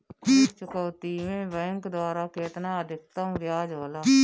ऋण चुकौती में बैंक द्वारा केतना अधीक्तम ब्याज होला?